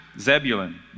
Zebulun